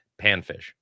panfish